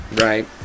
right